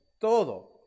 todo